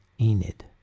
Enid